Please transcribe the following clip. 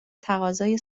تقاضای